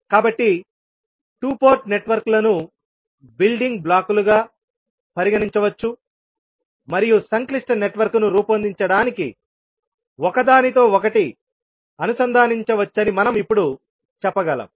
కాబట్టి 2 పోర్ట్ నెట్వర్క్లను బిల్డింగ్ బ్లాక్లుగా పరిగణించవచ్చు మరియు సంక్లిష్ట నెట్వర్క్ను రూపొందించడానికి ఒకదానితో ఒకటి అనుసంధానించవచ్చని మనం ఇప్పుడు చెప్పగలం